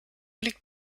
liegt